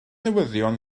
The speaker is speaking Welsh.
newyddion